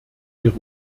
ihre